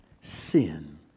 sin